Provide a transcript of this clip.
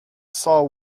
saw